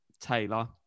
Taylor